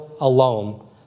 alone